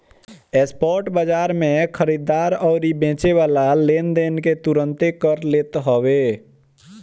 spot बाजार में खरीददार अउरी बेचेवाला लेनदेन के तुरंते कर लेत हवे